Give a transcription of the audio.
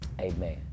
Amen